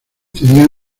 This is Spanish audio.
tenían